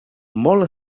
molt